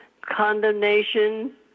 condemnation